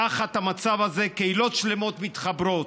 תחת המצב הזה קהילות שלמות מתחברות.